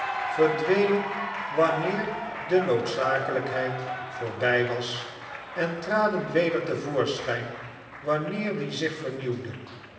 verdweneii wanneer de noodzakelijkheid voorbij was en tfaden weder te voor scmjn wanneer die zich vernieuwde